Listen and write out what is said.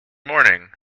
morning